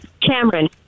Cameron